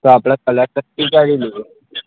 તો આપણે કલર વિચારી લઈએ